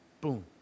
boom